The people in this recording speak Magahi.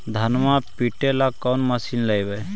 धनमा पिटेला कौन मशीन लैबै?